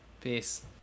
peace